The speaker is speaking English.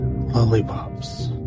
lollipops